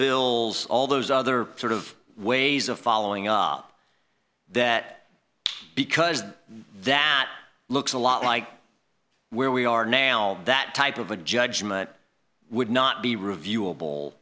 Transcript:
bills all those other sort of ways of following up that because that looks a lot like where we are now that type of a judgment would not be review